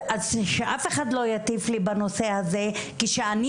שאף אחד לא יטיף לי בנושא הזה כשאני